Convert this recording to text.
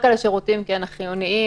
רק על השירותים החיוניים,